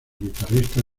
guitarrista